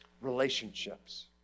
relationships